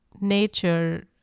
nature